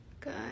Good